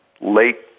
late